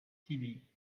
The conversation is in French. tilly